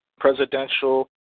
Presidential